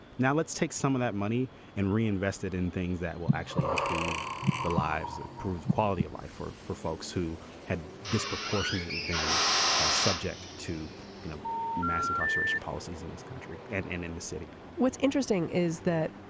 now let's take some of that money and reinvested in things that will actually improve the lives improved quality of life for for folks who had disproportionately been ah subject to you know mass incarceration policies in this country and and in the city what's interesting is that